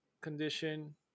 condition